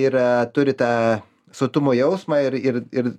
yra turi tą sotumo jausmą ir ir ir